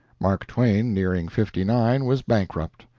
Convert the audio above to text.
mark twain, nearing fifty-nine, was bankrupt.